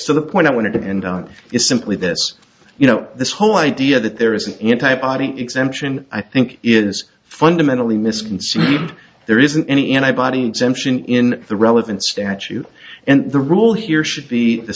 so the point i wanted to end on is simply this you know this whole idea that there is an entire body exemption i think is fundamentally misconceived there isn't any anti body exemption in the relevant statue and the rule here should be the